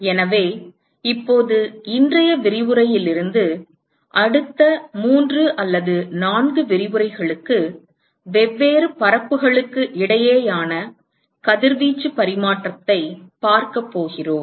எனவே இப்போது இன்றைய விரிவுரையிலிருந்து அடுத்த மூன்று அல்லது நான்கு விரிவுரைகளுக்கு வெவ்வேறு பரப்புகளுக்கு இடையேயான கதிர்வீச்சு பரிமாற்றத்தைப் பார்க்கப் போகிறோம்